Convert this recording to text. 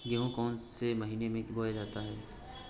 गेहूँ कौन से महीने में बोया जाता है?